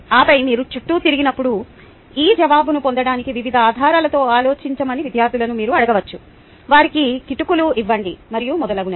ఆపై మీరు చుట్టూ తిరుగుతున్నప్పుడు ఈ జవాబును పొందడానికి వివిధ ఆధారాలతో ఆలోచించమని విద్యార్థులను మీరు అడగవచ్చు వారికి కిటుకులు ఇవ్వండి మరియు మొదలగునవి